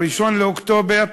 ב-1 באוקטובר,